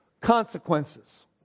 consequences